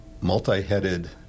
multi-headed